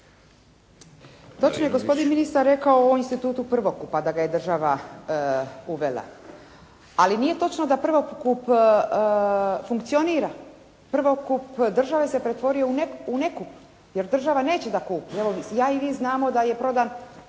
Točno je gospodin ministar rekao o ovom institutu prvokupa da ga je država uvela, ali nije točno da prvokup funkcionira. Prvokup države se pretvorio u nekup jer država neće da kupi. Evo, ja i vi znamo da je prodan,